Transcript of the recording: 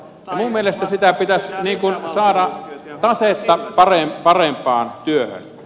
minun mielestäni sitä tasetta pitäisi saada parempaan työhön